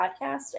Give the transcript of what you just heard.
podcast